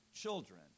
children